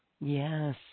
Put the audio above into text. Yes